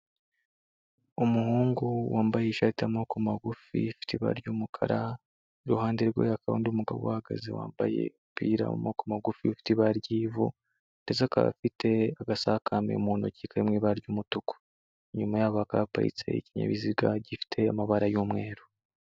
Umuhungu wambaye ishati y'amaboko magufi ifite ibara ry'umukara. Iruhande rwe hakaba hari undi mugabo uhahagaze wambaye umupira w'amaboko magafi ufite ibara ry'ivu. Ndetse akaba afite agasakame mu ntoki kari mu ibara ry'umutuku. Inyuma yabo hakaba haparitse ikinyabiziga gifite amabara y'umweru.